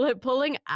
pulling